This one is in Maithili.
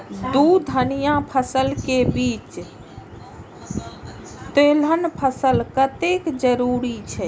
दू धान्य फसल के बीच तेलहन फसल कतेक जरूरी छे?